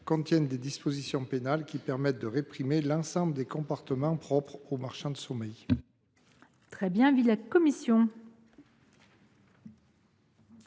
contiennent des dispositions pénales permettant de réprimer l’ensemble des comportements propres aux marchands de sommeil.